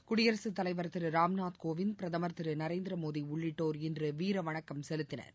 குடியரசுத்தலைவர் திரு ராம்நாத்கோவிந்த் பிரதமர் திரு நரேந்திரமோடி உள்ளிட்டோர் இன்று வீரவணக்கம் செலுத்தினர்